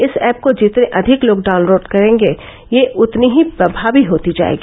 इस ऐप को जितने अधिक लोग डाउनलोड करेंगे यह उतनी ही प्रभावी होती जाएगी